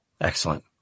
Excellent